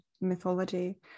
mythology